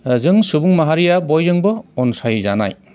जों सुबुं माहारिया बयजोंबो अनसायजानाय